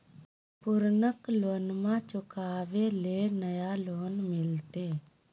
पुर्नका लोनमा चुकाबे ले नया लोन मिलते?